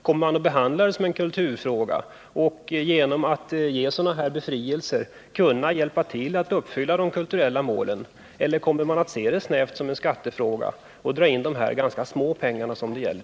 Kommer man att behandla den såsom en kulturfråga och — genom att ge sådana här befrielser — hjälpa till att uppfylla de kulturella målen, eller kommer man att se den snävt såsom en skattefråga och dra in till statskassan de ganska små pengar det gäller?